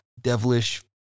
devilish